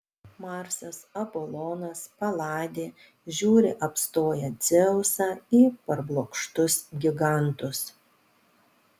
marsas apolonas paladė žiūri apstoję dzeusą į parblokštus gigantus